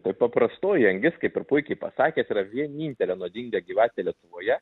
tai paprastoji angis kaip ir puikiai pasakėt yra vienintelė nuodinga gyvatė lietuvoje